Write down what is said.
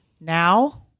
now